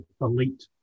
elite